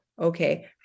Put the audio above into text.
okay